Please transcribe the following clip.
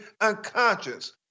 unconscious